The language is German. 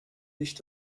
nicht